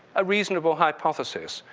a reasonable hypothesis,